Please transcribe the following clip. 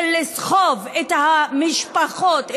לסחוב את המשפחות,